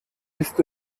ist